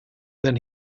then